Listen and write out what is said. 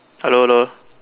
hello hello